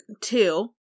two